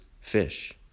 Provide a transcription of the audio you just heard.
fish